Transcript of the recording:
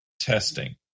testing